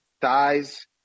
thighs